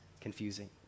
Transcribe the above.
confusing